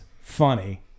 funny